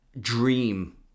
dream